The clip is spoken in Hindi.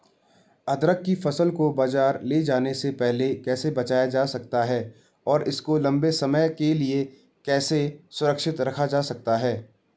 अदरक की फसल को बाज़ार ले जाने से पहले कैसे बचाया जा सकता है और इसको लंबे समय के लिए कैसे सुरक्षित रख सकते हैं?